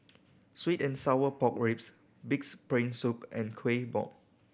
sweet and sour pork ribs Pig's Brain Soup and Kuih Bom